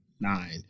nine